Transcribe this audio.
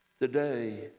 Today